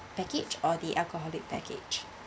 package or the alcoholic package